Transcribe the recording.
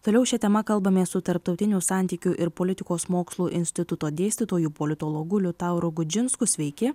toliau šia tema kalbamės su tarptautinių santykių ir politikos mokslų instituto dėstytoju politologu liutauru gudžinsku sveiki